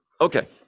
Okay